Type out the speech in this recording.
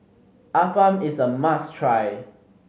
appam is a must try